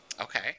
Okay